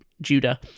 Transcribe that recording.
Judah